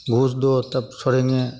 घूस दो तब छोड़ेंगे